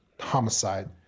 homicide